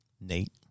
Nate